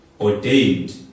ordained